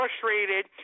frustrated